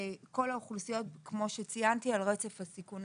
כל האוכלוסיות כמו שציינתי על רצף הסיכון,